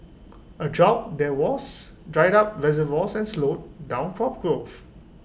A drought there was dried up reservoirs and slowed down crop growth